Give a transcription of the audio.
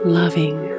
loving